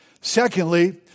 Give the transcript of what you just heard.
Secondly